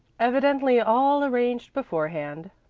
evidently all arranged beforehand,